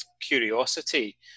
curiosity